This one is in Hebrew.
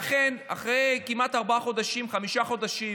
ואכן, אחרי כמעט ארבעה חודשים או חמישה חודשים